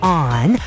on